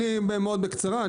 אני מאוד בקצרה.